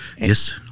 Yes